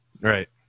Right